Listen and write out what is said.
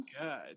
good